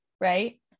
right